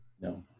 No